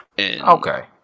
okay